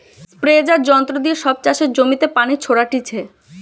স্প্রেযাঁর যন্ত্র দিয়ে সব চাষের জমিতে পানি ছোরাটিছে